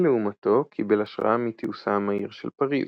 מונה לעומתו קיבל השראה מתיעושה המהיר של פריז.